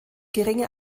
geringe